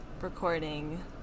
recording